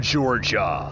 Georgia